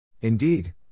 Indeed